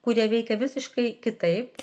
kurie veikia visiškai kitaip